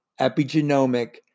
epigenomic